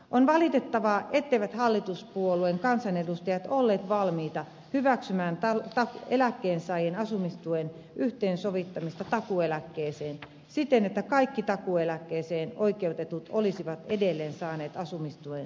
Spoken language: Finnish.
on valitettavaa etteivät hallituspuolueen kansanedustajat olleet valmiita hyväksymään eläkkeensaajien asumistuen yhteensovittamista takuueläkkeeseen siten että kaikki takuueläkkeeseen oikeutetut olisivat edelleen saaneet asumistuen kuten ennenkin